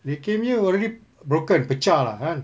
they came here already broken pecah lah kan